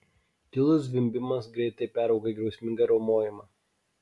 tylus zvimbimas greitai peraugo į griausmingą riaumojimą